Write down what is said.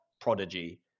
prodigy